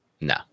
No